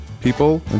people